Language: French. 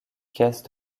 caisse